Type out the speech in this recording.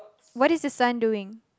what is the son doing